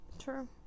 true